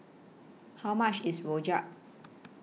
How much IS Rojak